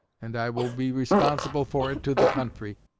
and i will be responsible for it to the country.